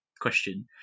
question